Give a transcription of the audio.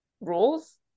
rules